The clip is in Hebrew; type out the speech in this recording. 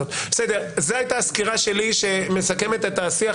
זו הייתה הסקירה שלי שמסכמת את השיח